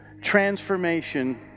transformation